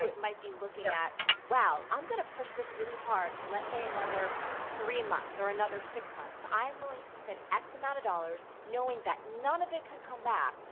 it might be looking at, wow, i'm going to push this really hard for, let's say, another three months or another six months, and i am willing to commit x amount of dollars knowing that none of it could come back,